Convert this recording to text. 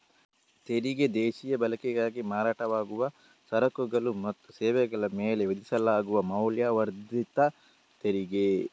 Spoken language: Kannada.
ತೆರಿಗೆ ದೇಶೀಯ ಬಳಕೆಗಾಗಿ ಮಾರಾಟವಾಗುವ ಸರಕುಗಳು ಮತ್ತು ಸೇವೆಗಳ ಮೇಲೆ ವಿಧಿಸಲಾಗುವ ಮೌಲ್ಯವರ್ಧಿತ ತೆರಿಗೆ